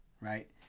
right